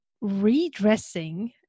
redressing